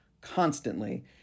constantly